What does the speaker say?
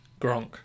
Gronk